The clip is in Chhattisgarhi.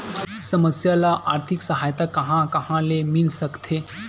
समस्या ल आर्थिक सहायता कहां कहा ले मिल सकथे?